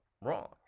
wrong